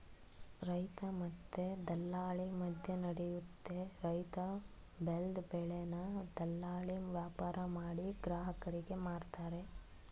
ರೈತ ಮತ್ತೆ ದಲ್ಲಾಳಿ ಮದ್ಯನಡಿಯುತ್ತೆ ರೈತ ಬೆಲ್ದ್ ಬೆಳೆನ ದಲ್ಲಾಳಿ ವ್ಯಾಪಾರಮಾಡಿ ಗ್ರಾಹಕರಿಗೆ ಮಾರ್ತರೆ